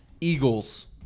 Eagles